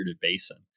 basin